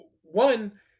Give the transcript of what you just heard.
one